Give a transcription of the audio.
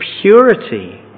purity